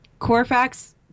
Corfax